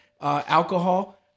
alcohol